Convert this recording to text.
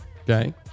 okay